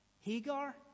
hagar